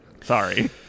Sorry